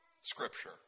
Scripture